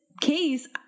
case